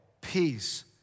peace